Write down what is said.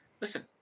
Listen